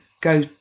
go